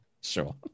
Sure